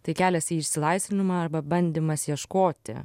tai kelias į išsilaisvinimą arba bandymas ieškoti